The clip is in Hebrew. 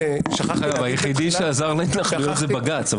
היחידי שעזר להתנחלויות זה בג"ץ.